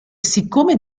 siccome